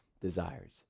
desires